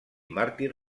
màrtir